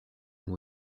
and